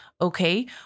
Okay